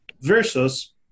versus